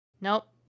Nope